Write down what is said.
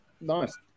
Nice